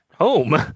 home